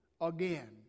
again